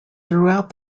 throughout